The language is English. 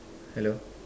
hello